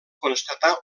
constatar